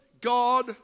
God